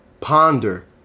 ponder